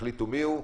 שתחליטו מי הוא,